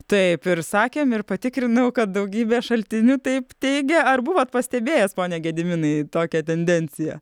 taip ir sakėm ir patikrinau kad daugybė šaltinių taip teigia ar buvot pastebėjęs pone gediminai tokią tendenciją